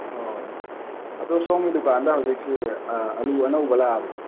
ꯑꯣ ꯑꯗꯣ ꯁꯣꯝꯒꯤ ꯗꯨꯀꯥꯟꯗ ꯍꯧꯖꯤꯛꯁꯤ ꯑꯂꯨ ꯑꯅꯧꯕ ꯂꯥꯛꯑꯕꯣ